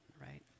right